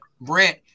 Brent